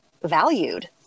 valued